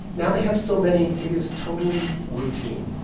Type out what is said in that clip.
now they have so many, it is totally routine.